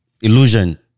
Illusion